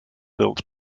built